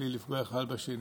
בלי לפגוע אחד בשני.